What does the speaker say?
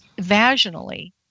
vaginally